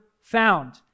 found